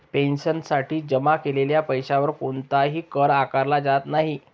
पेन्शनसाठी जमा केलेल्या पैशावर कोणताही कर आकारला जात नाही